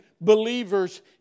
believers